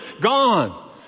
gone